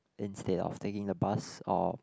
instead of taking the bus or